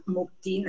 Mukti